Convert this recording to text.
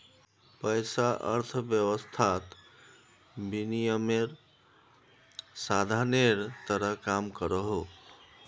पैसा अर्थवैवस्थात विनिमयेर साधानेर तरह काम करोहो